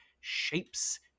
shapes